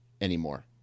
anymore